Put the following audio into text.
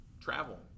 travel